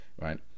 right